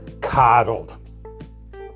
coddled